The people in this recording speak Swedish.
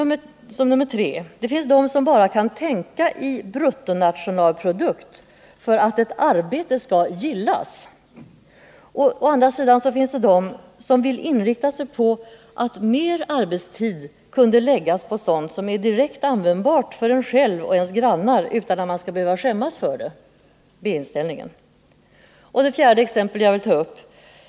Det finns på A-sidan de som bara kan tänka i bruttonationalprodukt för att ett arbete skall gillas och på B-sidan de som vill inrikta sig på att mer arbetstid kunde läggas på sådant som är direkt användbart för en själv och ens grannar utan att man skall behöva skämmas för det. 4.